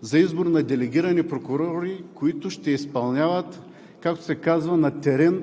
за избор на делегирани прокурори, които ще изпълняват, както се казва, на терен